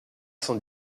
cent